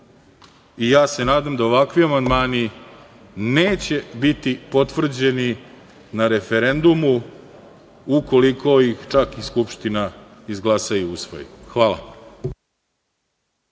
i ja se nadam da ovakvi amandmani neće biti potvrđeni na referendumu, ukoliko ih Skupština izglasa i usvoji. Hvala.